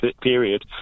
period